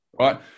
right